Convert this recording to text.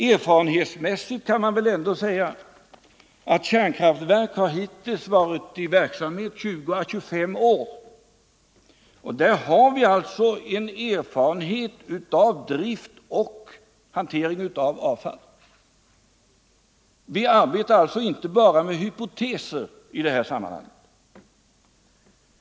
Men vi vet att kärnkraftverk hittills har varit i verksamhet 20-25 år, och man har alltså erfarenhet av drift och hanteringen av avfall. Vi arbetar alltså inte bara med hypoteser i det här sammanhanget.